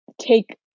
take